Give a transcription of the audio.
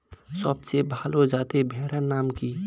সবথেকে ভালো যাতে ভেড়ার নাম কি?